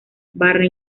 barra